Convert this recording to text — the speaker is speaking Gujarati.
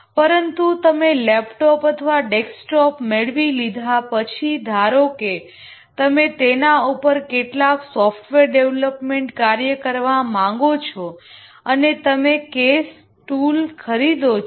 પરંતુ તમે લેપટોપ અથવા ડેસ્કટોપ મેળવી લીધા પછી ધારો કે તમે તેના પર કેટલાક સોફ્ટવેર ડેવલપમેન્ટ કાર્ય કરવા માંગો છો અને તમે કેસ ટૂલ ખરીદો છો